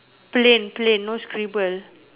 plain plain no scribble